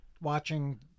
watching